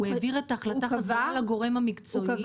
הוא העביר את ההחלטה חזרה לגורם המקצועי,